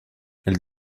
elle